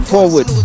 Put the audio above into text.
Forward